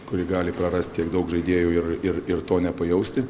kuri gali prarast tiek daug žaidėjų ir ir ir to nepajausti